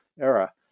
era